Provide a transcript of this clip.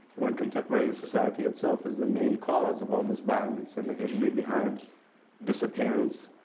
when contemporary society itself is the main cause of all this violence, and the history behind disappearance,